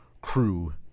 crew